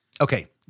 Okay